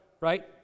right